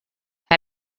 how